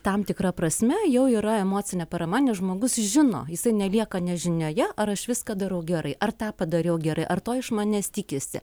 tam tikra prasme jau yra emocinė parama nes žmogus žino jisai nelieka nežinioje ar aš viską darau gerai ar tą padariau gerai ar to iš manęs tikisi